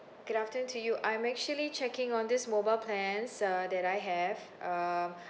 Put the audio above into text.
good afternoon to you I'm actually checking on this mobile plans uh that I have uh